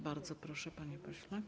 Bardzo proszę, panie pośle.